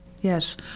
yes